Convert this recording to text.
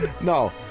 no